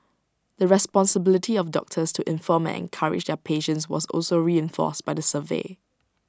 the responsibility of doctors to inform and encourage their patients was also reinforced by the survey